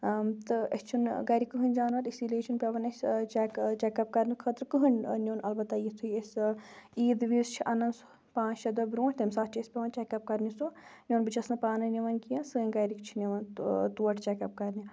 تہٕ أسۍ چھِنہٕ گَرِ کٕہٕنۍ جانوَر اسی لیے چھِنہٕ پٮ۪وان اَسہِ چیٚک چیٚک اَپ کَرنہٕ خٲطرٕ کٕہٕنۍ نیُٚن اَلبتہ یُتھُے أسۍ عیٖد وِز چھِ اَنان سُہ پانٛژھ شےٚ دۄہ برونٛٹھ تَمہِ ساتہٕ چھِ اَسہِ پٮ۪وان چیٚک اَپ کَرنہِ سُہ نیُٚن بہٕ چھَس نہٕ پانَے نِوان کینٛہہ سٲنۍ گَرِکۍ چھِ ںِوان تور چیٚک اَپ کَرنہِ